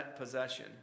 possession